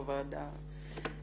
בוועדה.